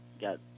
got